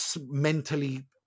mentally